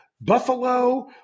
Buffalo